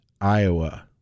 Iowa